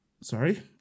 Sorry